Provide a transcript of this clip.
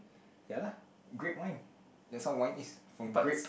ya lah grape wine that's how wine is from grape